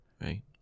right